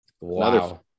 Wow